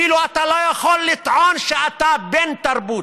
ואפילו אתה לא יכול לטעון שאתה בן תרבות,